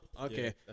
Okay